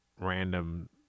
random